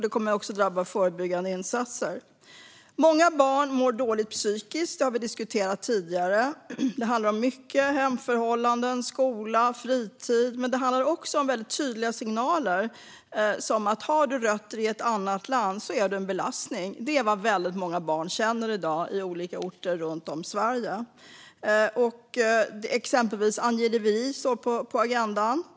Det kommer också att drabba förebyggande insatser. Många barn mår dåligt psykiskt - det har vi diskuterat tidigare. Det handlar om mycket: hemförhållanden, skola och fritid. Men det handlar också om väldigt tydliga signaler. Har du rötter i ett annat land är du en belastning - det är vad väldigt många barn känner i dag på olika orter runt om i Sverige. Exempelvis står angiveri på agendan.